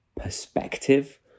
perspective